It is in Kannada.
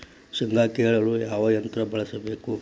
ಶೇಂಗಾ ಕೇಳಲು ಯಾವ ಯಂತ್ರ ಬಳಸಬೇಕು?